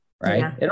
Right